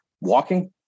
walking